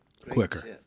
quicker